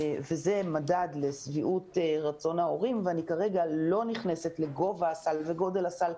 וזה מדד לשביעות רצון ההורים ואני כרגע לא נכנסת לגובה הסל וגודל הסל.